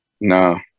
No